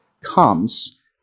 comes